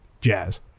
Jazz